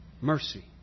mercy